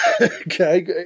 Okay